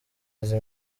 izi